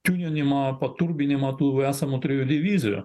tiuninimą paturbinimą tų esamų trijų divizijų